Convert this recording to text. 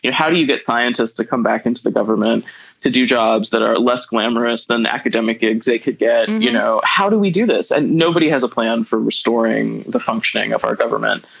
how do you get scientists to come back into the government to do jobs that are less glamorous than the academic exam could get. and you know how do we do this. and nobody has a plan for restoring the functioning of our government.